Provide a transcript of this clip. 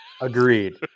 agreed